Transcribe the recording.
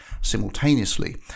simultaneously